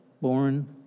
born